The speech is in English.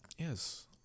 Yes